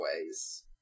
ways